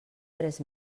tres